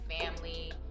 family